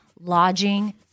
lodging